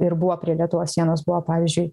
ir buvo prie lietuvos sienos buvo pavyzdžiui